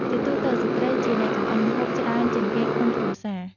ជាទូទៅ ស្ត្រីជាអ្នកចម្អិនម្ហូបច្រើនជាងគេក្នុងគ្រួសារ។